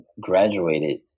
graduated